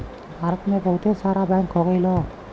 भारत मे बहुते सारा बैंक हो गइल हौ